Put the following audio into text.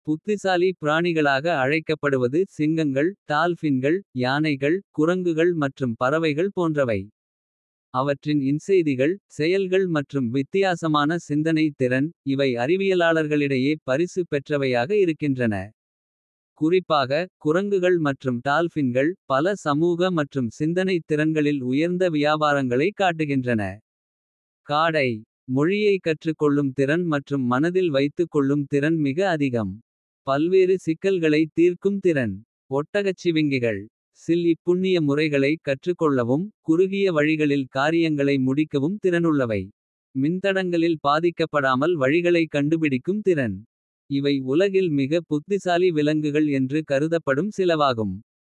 புத்திசாலி பிராணிகளாக அழைக்கப்படுவது சிங்கங்கள். டால்ஃபின்கள் யானைகள் குரங்குகள் மற்றும். பறவைகள் போன்றவை அவற்றின் இன்செய்திகள். செயல்கள் மற்றும் வித்தியாசமான சிந்தனை திறன். இவை அறிவியலாளர்களிடையே பரிசு பெற்றவையாக. இருக்கின்றன குறிப்பாக குரங்குகள் மற்றும் டால்ஃபின்கள். பல சமூக மற்றும் சிந்தனைத் திறன்களில் உயர்ந்த. வியாபாரங்களை காட்டுகின்றன.